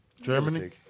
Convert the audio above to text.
Germany